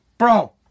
Bro